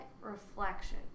reflection